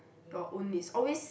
your own needs always